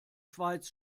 schweiz